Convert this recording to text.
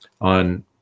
on